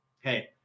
hey